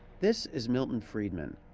this is milton friedman.